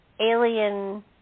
alien